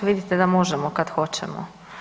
Vidite da možemo kad hoćemo.